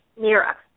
Mira